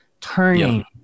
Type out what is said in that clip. turning